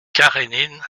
karénine